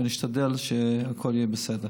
ונשתדל שהכול יהיה בסדר.